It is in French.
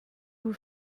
vous